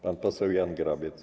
Pan poseł Jan Grabiec.